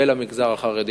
ולמגזר החרדי,